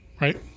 right